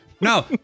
No